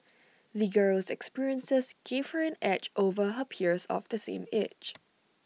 the girl's experiences gave her an edge over her peers of the same age